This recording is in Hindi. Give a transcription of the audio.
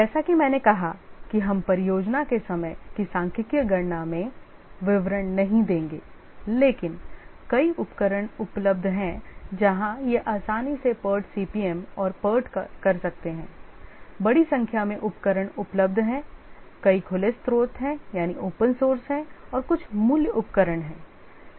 जैसा कि मैंने कहा कि हम परियोजना के समय की सांख्यिकीय गणना में विवरण नहीं देंगे लेकिन कई उपकरण उपलब्ध हैं जहाँ ये आसानी से PERT CPM और PERT कर सकते हैं बड़ी संख्या में उपकरण उपलब्ध हैं कई खुले स्रोत हैं और कुछ मूल्य उपकरण हैं